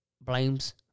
blames